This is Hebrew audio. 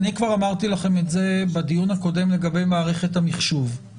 אמרתי לכם את זה כבר בדיון הקודם לגבי מערכת המחשוב.